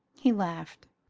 he laughed.